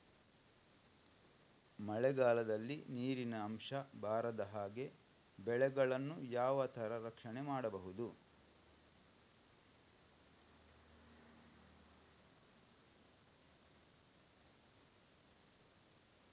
ಮಳೆಗಾಲದಲ್ಲಿ ನೀರಿನ ಅಂಶ ಬಾರದ ಹಾಗೆ ಬೆಳೆಗಳನ್ನು ಯಾವ ತರ ರಕ್ಷಣೆ ಮಾಡ್ಬಹುದು?